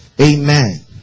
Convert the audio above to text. Amen